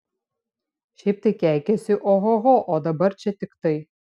šiaip tai keikiasi ohoho o dabar čia tik tai